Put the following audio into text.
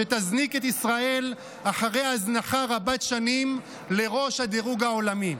שתזניק את ישראל אחרי הזנחה רבת שנים לראש הדירוג העולמי,